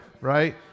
right